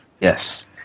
Yes